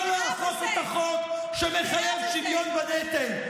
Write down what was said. לא לאכוף את החוק שמחייב שוויון בנטל.